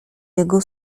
jego